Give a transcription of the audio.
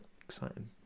exciting